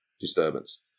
disturbance